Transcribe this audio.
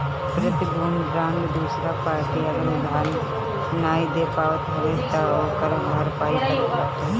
प्रतिभूति बांड दूसर पार्टी अगर उधार नाइ दे पावत हवे तअ ओकर भरपाई करत बाटे